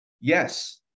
Yes